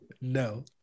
no